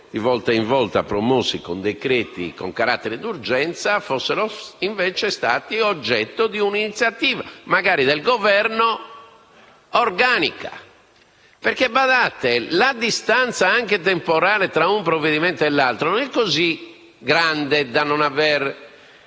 di volta in volta promossi con decreti-legge con carattere di urgenza, fossero invece stati oggetto di un'iniziativa, magari del Governo, organica. Badate: la distanza, anche temporale, tra un provvedimento e l'altro non è così grande da non rendere